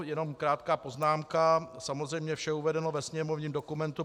Jenom krátká poznámka, samozřejmě vše je uvedeno ve sněmovním dokumentu 5582.